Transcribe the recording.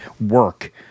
work